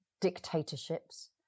dictatorships